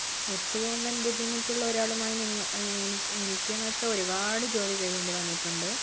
ഒത്തുപോകാൻ ബുദ്ധിമുട്ടുള്ളൊരാളുമായി നിങ്ങൾ എനിക്ക് എനിക്കെന്ന് വെച്ചാൽ ഒരുപാട് ജോലി ചെയ്യേണ്ടി വന്നിട്ടുണ്ട്